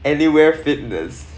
anywhere fitness